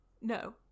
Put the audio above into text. no